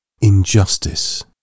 Injustice